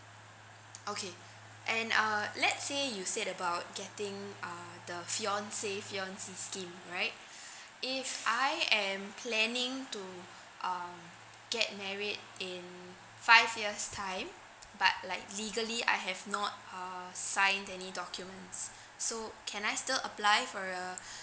okay and uh let's say you said about getting uh the fiancé fiancée scheme right if I am planning to uh get married in five years time but like legally I have not err signed any documents so can I still apply for a